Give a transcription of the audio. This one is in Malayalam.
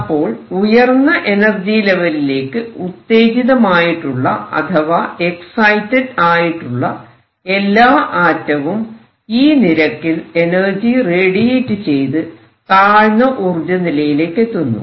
അപ്പോൾ ഉയർന്ന എനർജി ലെവലിലേക്ക് ഉത്തേജിതമായിട്ടുള്ള അഥവാ എക്സൈറ്റഡ് ആയിട്ടുള്ള എല്ലാ ആറ്റവും ഈ നിരക്കിൽ എനർജി റേഡിയേറ്റ് ചെയ്ത് താഴ്ന്ന ഊർജ്ജനിലയിലേക്കെത്തുന്നു